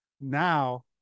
now